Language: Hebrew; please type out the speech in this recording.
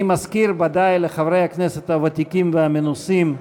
אני מזכיר ודאי לחברי הכנסת הוותיקים והמנוסים,